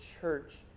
church